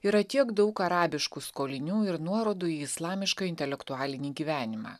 yra tiek daug arabiškų skolinių ir nuorodų į islamišką intelektualinį gyvenimą